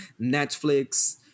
Netflix